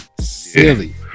Silly